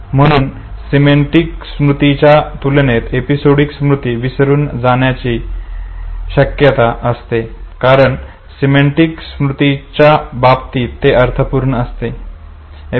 म्हणून सिमेंटिक स्मृतीच्या तुलनेत एपिसोडिक स्मृती हे विसरून जाण्याची अधिक शक्यता असते कारण सिमेंटिक स्मृतीच्या बाबतीत ते अर्थपूर्ण असते